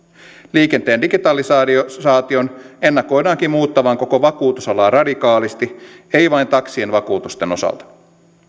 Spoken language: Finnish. liikenteen digitalisaation ennakoidaankin muuttavan koko vakuutusalaa radikaalisti ei vain taksien vakuutusten osalta